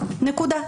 נקודה.